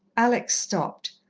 alex stopped.